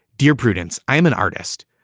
dear prudence. i'm an artist.